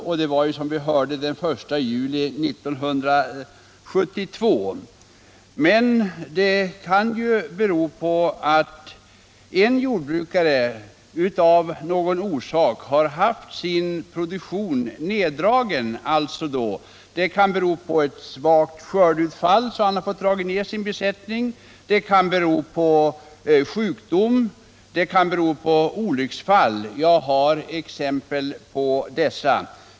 Som vi hörde av jordbruksministern utgår bidrag inte till produktion som nystartats eller som efter en längre tids uppehåll återupptagits efter den 1 juli 1972. Nu kan det emellertid hända att en jordbrukare av en eller annan orsak haft sin produktion neddragen vid den här tiden. Det kan bero på dåligt skördeutfall, som medfört att jordbrukaren tvingats dra ned sin besättning. Det kan också ha berott på sjukdom eller olycksfall. Jag har exempel på detta.